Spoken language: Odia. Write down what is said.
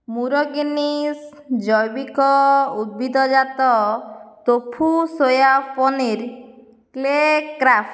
ମୁରଗୀନସ୍ ଜୈବିକ ଉଦ୍ଭିଦ ଜାତ tofu soya paneer clay craft